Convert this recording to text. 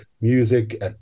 music